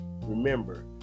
Remember